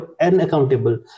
unaccountable